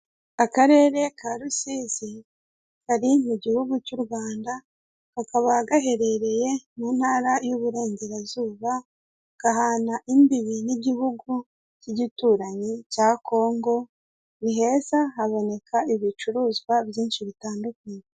Akarere ka Rusizi kari mu gihugu cy' u Rwanda kakaba gaherereye mu ntara y'uburengerazuba, gahana imbibi n'igihugu k'igituranyi cya Kongo ni heza haboneka ibicuruzwa byinshi bitandukanye.